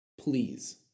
please